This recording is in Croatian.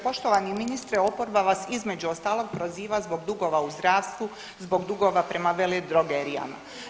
Poštovani ministre oporba vas između ostalog proziva zbog dugova u zdravstvu, zbog dugova prema veledrogerijama.